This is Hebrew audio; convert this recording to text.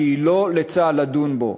שלא לצה"ל לדון בה.